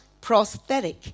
Prosthetic